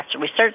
Research